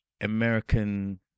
American